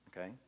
okay